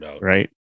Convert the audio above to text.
Right